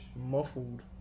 muffled